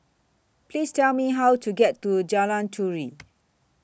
Please Tell Me How to get to Jalan Turi